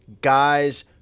guys